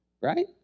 right